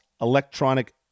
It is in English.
electronic